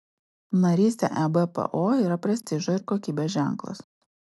narystė ebpo yra prestižo ir kokybės ženklas